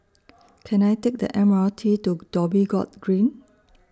Can I Take The M R T to Dhoby Ghaut Green